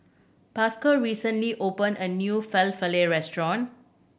Pascal recently opened a new Falafel Restaurant